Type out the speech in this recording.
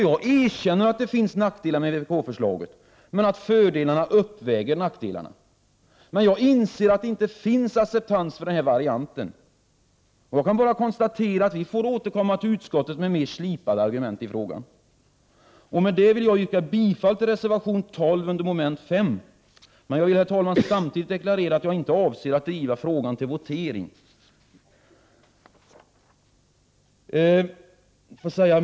Jag erkänner att det finns nackdelar med vpk-förslaget men menar att fördelarna uppväger dessa. Jag inser dock att det inte finns acceptans för denna variant och kan bara konstatera att vi får återkomma till utskottet med mer slipade argument i frågan. Med detta yrkar jag bifall till reservation 12 avseende mom. 5. Samtidigt vill jag, herr talman, deklarera att jag inte avser att driva frågan till votering.